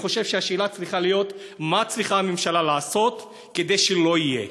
אני חושב שהשאלה צריכה להיות: מה צריכה הממשלה לעשות כדי שזה לא יהיה?